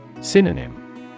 Synonym